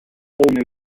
whole